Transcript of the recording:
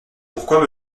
pourquoi